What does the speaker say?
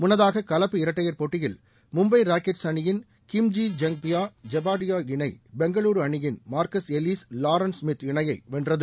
முன்னதாக கலப்பு இரட்டையர் போட்டியில் மும்பை ராக்கெட்ஸ் அணியின் Kim Gi Jung Pia Zebadiah இணை பெங்களூரு அணியின் மார்க்கஸ் எல்லீஸ் லாரன்ஸ் ஸ்மித் இணையை வென்றது